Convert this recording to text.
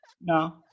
No